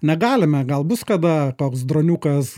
negalime gal bus kada toks droniukas